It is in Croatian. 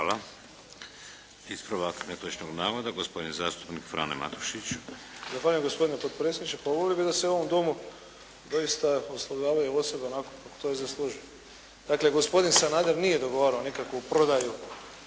Hvala. Ispravak netočnog navoda gospodin zastupnik Frano Matušić. **Matušić, Frano (HDZ)** Zahvaljujem. Gospodine potpredsjedniče. Pa volio bih da se u ovom domu doista oslovljavaju osobe onako kako to i zaslužuju. Dakle, gospodin Sanader nije dogovarao nikakvu prodaju